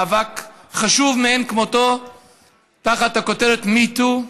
מאבק חשוב מאין כמותו תחת הכותרת MeToo,